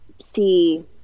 see